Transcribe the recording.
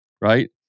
right